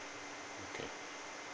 okay